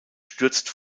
stürzt